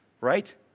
right